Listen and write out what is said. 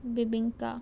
bebinca